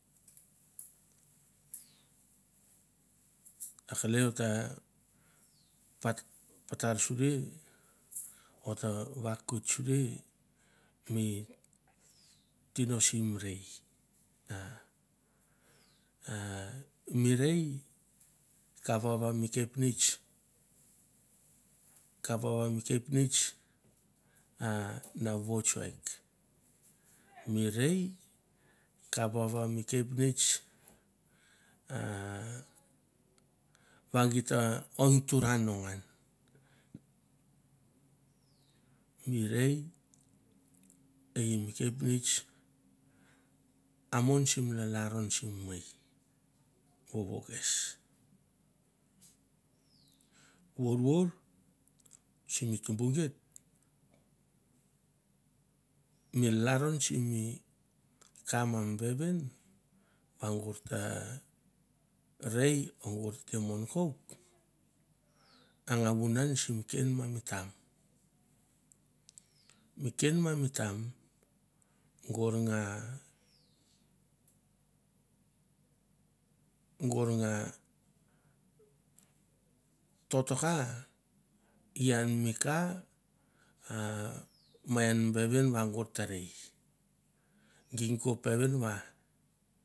A kelei o ta pat patar suri o ta vakoit suri mi tino sim rei. A mi rei kap vava mi kepp nets, kap vava mi kepnets a na votsuek, mi rei kap vava mi kepnets a va git ta o gi tura no ngan, mi rei e i mi kepnets a mon sim lalaron sim mei vovo kes. Vorvor simi tumbu geit mi lalron simi ka ma mi vevin va gor ta rei e i mi kepnets a mon sim lalaron sim mei vovo kes. Vorvor simi tumbu geit mi lalron simi ka ma mi vevin va gor ta rei o gor te mon kouk a nga cunan sim ken ma mi tam. Mi ken ma mi tam gor nga, gor nga totoka ian mi ka ma ian mi vevin va gor ta rei. Ging ko peven va.